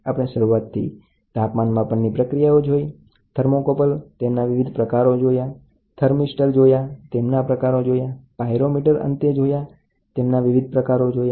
આપણે તાપમાન માપન તાપમાનના માપનની વિવિધ પદ્ધતિઓ થર્મોકોપલ વિવિધ પ્રકારનાં થર્મોકપલ થર્મિસ્ટર પાયરોમીટર અને વિવિધ પ્રકારનાં પાયરોમીટરની રજૂઆત સાથે પ્રારંભ કર્યો